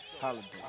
Holiday